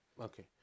Okay